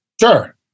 Sure